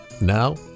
Now